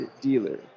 dealer